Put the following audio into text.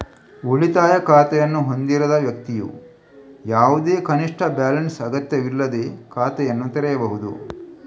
ಉಳಿತಾಯ ಖಾತೆಯನ್ನು ಹೊಂದಿರದ ವ್ಯಕ್ತಿಯು ಯಾವುದೇ ಕನಿಷ್ಠ ಬ್ಯಾಲೆನ್ಸ್ ಅಗತ್ಯವಿಲ್ಲದೇ ಖಾತೆಯನ್ನು ತೆರೆಯಬಹುದು